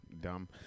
dumb